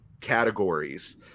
categories